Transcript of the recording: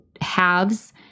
halves